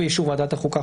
ועדת החוקה,